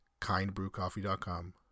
KindBrewCoffee.com